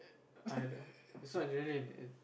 I the it's not adrenaline it